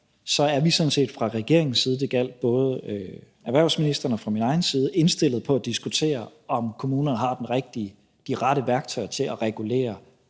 sådan set fra regeringens side, det gjaldt både erhvervsministeren og fra min egen side, indstillet på at diskutere, om kommunerne har de rette værktøjer til at regulere